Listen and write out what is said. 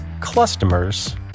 customers